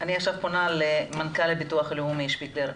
אני עכשיו פונה למנכ"ל הביטוח הלאומי, שפיגלר.